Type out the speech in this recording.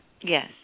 Yes